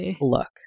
look